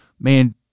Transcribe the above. Man